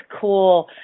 cool